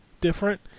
different